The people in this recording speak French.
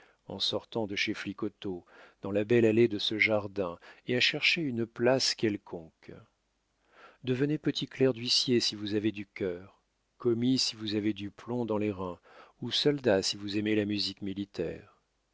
en sortant de chez flicoteaux dans la belle allée de ce jardin et à chercher une place quelconque devenez petit clerc d'huissier si vous avez du cœur commis si vous avez du plomb dans les reins ou soldat si vous aimez la musique militaire